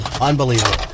Unbelievable